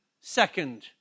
second